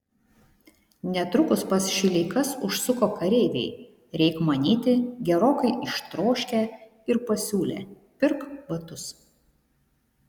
netrukus pas šileikas užsuko kareiviai reik manyti gerokai ištroškę ir pasiūlė pirk batus